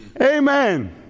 Amen